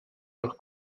leur